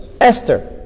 Esther